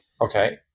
Okay